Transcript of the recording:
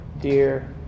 dear